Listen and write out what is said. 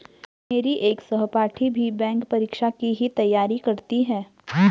मेरी एक सहपाठी भी बैंक परीक्षा की ही तैयारी करती है